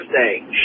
say